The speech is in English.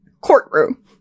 courtroom